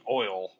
oil